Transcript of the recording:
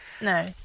No